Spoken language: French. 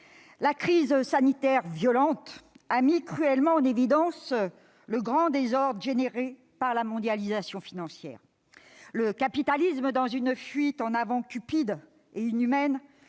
La crise sanitaire, violente, a cruellement mis en évidence le grand désordre suscité par la mondialisation financière. Le capitalisme, dans une fuite en avant cupide et inhumaine,